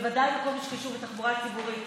בוודאי בכל מה שקשור בתחבורה הציבורית.